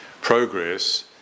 progress